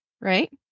right